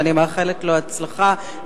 שאני מאחלת לו הצלחה,